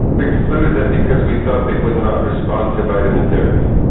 we excluded them because we thought they would not respond to vitamin therapy.